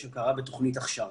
יש הכרה בתוכנית הכשרה.